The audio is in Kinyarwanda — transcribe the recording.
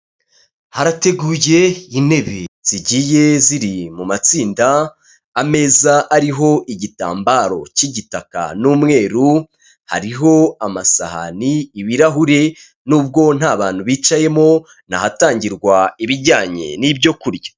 Harateguye intebe zigiye ziri mu matsinda, ameza ariho igitambaro cy'igitaka n'umweru, hariho amasahani n' ibirahuri, nubwo nta bantu bicayemo ni ahatangirwa ibijyanye n'ibyo kurya .